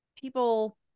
people